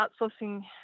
outsourcing